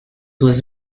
was